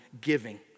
giving